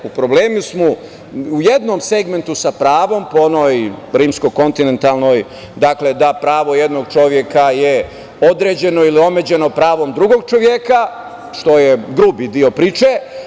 U problemu smo u jednom segmentu sa pravom po onoj rimsko-kontinentalnoj, dakle, da pravo jednog čoveka je određeno ili omeđeno pravom drugog čoveka što je grubi deo priče.